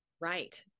Right